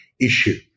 issue